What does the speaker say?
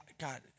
God